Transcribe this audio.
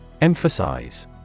Emphasize